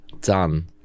done